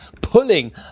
pulling